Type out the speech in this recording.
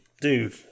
dude